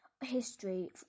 history